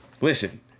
listen